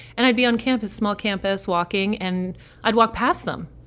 and i'd be on campus small campus walking and i'd walk past them.